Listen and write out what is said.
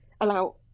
allow